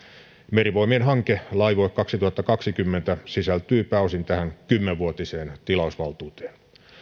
merivoimien hanke laivue kaksituhattakaksikymmentä sisältyy pääosin tähän kymmenvuotiseen tilausvaltuuteen